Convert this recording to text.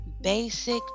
basic